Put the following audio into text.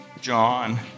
John